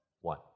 one